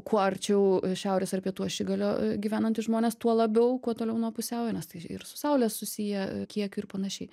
kuo arčiau šiaurės ar pietų ašigalio gyvenantys žmonės tuo labiau kuo toliau nuo pusiaujo nes tai ir su saule susiję kiekiu ir panašiai